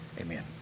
Amen